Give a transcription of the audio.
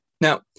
Now